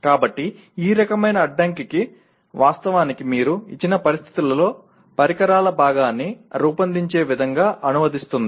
కాబట్టి ఈ రకమైన అడ్డంకి వాస్తవానికి మీరు ఇచ్చిన పరిస్థితిలో పరికరాల భాగాన్ని రూపొందించే విధంగా అనువదిస్తుంది